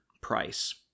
price